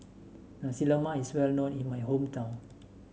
Nasi Lemak is well known in my hometown